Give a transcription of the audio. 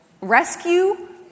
rescue